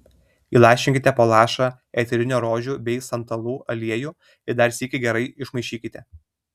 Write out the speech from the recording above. įlašinkite po lašą eterinio rožių bei santalų aliejų ir dar sykį gerai išmaišykite